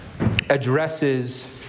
addresses